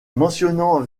mentionnant